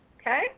Okay